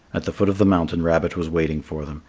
at the foot of the mountain rabbit was waiting for them.